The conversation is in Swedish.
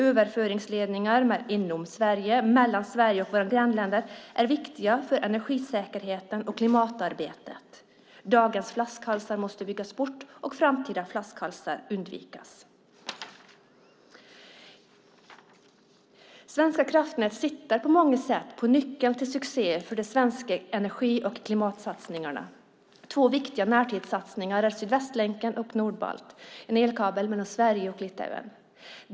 Överföringsledningar inom Sverige samt mellan Sverige och våra grannländer är viktiga för energisäkerheten och klimatarbetet. Dagens flaskhalsar måste byggas bort och framtida flaskhalsar undvikas. Svenska kraftnät sitter på många sätt på nyckeln till succéer för de svenska energi och klimatsatsningarna. Två viktiga närtidssatsningar är Sydvästlänken och Nordbalt, en elkabel mellan Sverige och Litauen.